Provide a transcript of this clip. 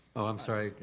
i'm sorry.